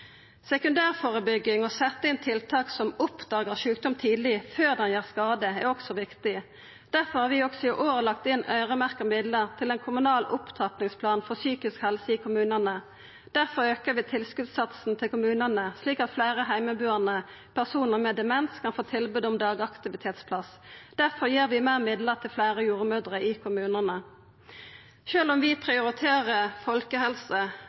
Sekundærførebygging og å setja inn tiltak som oppdagar sjukdom tidleg, før han gjer skade, er også viktig. Difor har vi også i år lagt inn øyremerkte midlar til ein kommunal opptrappingsplan for psykisk helse i kommunane. Difor aukar vi tilskotssatsen til kommunane, slik at fleire heimebuande personar med demens kan få tilbod om dagaktivitetsplass. Difor gir vi meir midlar til fleire jordmødrer i kommunane. Sjølv om vi prioriterer folkehelse